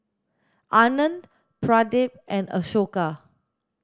Anand Pradip and Ashoka